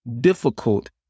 difficult